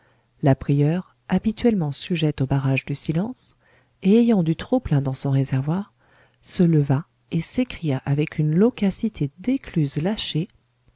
la prieure habituellement sujette au barrage du silence et ayant du trop-plein dans son réservoir se leva et s'écria avec une loquacité d'écluse lâchée